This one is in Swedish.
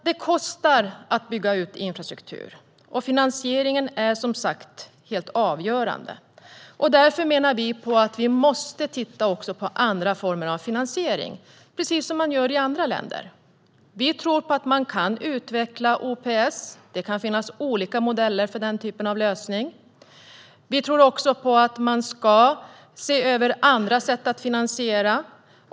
Det kostar att bygga ut infrastruktur. Finansieringen är som sagt helt avgörande, och därför menar vi att vi måste titta på andra former av finansiering, precis som man gör i andra länder. Vi tror att man kan utveckla OPS. Det kan finnas olika modeller för den typen av lösning. Vi tror också att man ska se över andra sätt att finansiera.